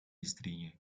istrinya